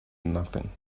nothing